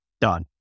done